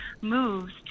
moves